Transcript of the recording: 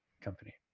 company